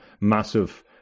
massive